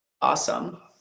awesome